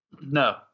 No